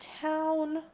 town